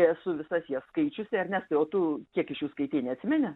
esu visas jas skaičiusi ernestai o tu kiek iš jų skaitei neatsimeni